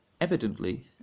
evidently